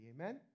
Amen